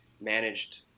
managed